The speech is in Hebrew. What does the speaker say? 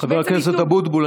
חבר הכנסת אבוטבול,